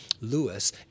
Lewis